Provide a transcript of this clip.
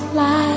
life